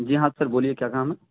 جی ہاں سر بولیے کیا کام ہے